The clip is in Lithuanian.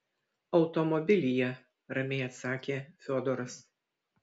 automobilyje ramiai atsakė fiodoras